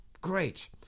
Great